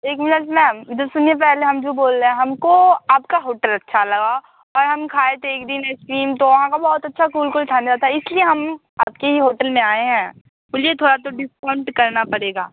एक minute ma'am इधर सुनिए पहले हम जो बोल रहे हैं हमको आपका होटल अच्छा लगा और हम खाए थे एक दिन आइसक्रीम तो वहाँ का अच्छा कूल कूल था ना तो इसलिए हम आपके ही होटल में आए हैं थोड़ा डिस्काउंट करना पड़ेगा